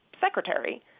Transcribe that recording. secretary